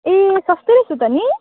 ए सस्तै रहेछ त नि